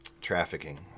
trafficking